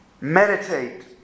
Meditate